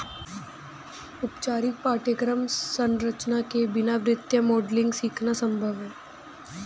औपचारिक पाठ्यक्रम संरचना के बिना वित्तीय मॉडलिंग सीखना संभव हैं